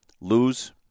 lose